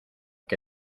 que